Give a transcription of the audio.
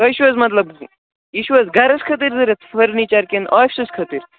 تۄہہِ چھُو حظ مطلب یہِ چھُو حظ گَرَس خٲطر ضروٗرت فٔرنیٖچَر کِنہٕ آفسَس خٲطر